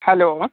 hello